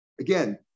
Again